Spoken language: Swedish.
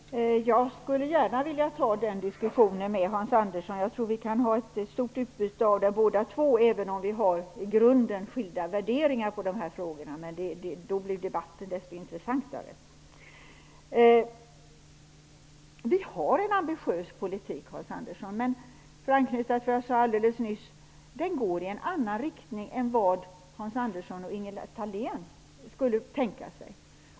Herr talman! Jag skulle gärna föra den diskussionen med Hans Andersson. Jag tror att vi båda skulle ha ett stort utbyte av en sådan debatt, även om vi i grunden har skilda värderingar i dessa frågor. Men desto intressantare blir ju då debatten. Vi har en ambitiös politik, Hans Andersson. För att anknyta till vad jag sade nyss går den dock i en annan riktning än vad Hans Andersson och Ingela Thalén skulle kunna tänka sig.